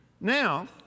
Now